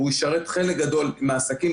והוא ישרת חלק גדול מהעסקים,